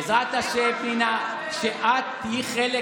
פנינה, בעזרת השם, כשאת תהיי חלק